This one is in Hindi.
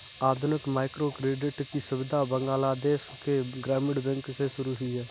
आधुनिक माइक्रोक्रेडिट की सुविधा बांग्लादेश के ग्रामीण बैंक से शुरू हुई है